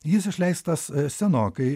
jis išleistas senokai